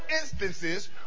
instances